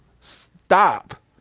stop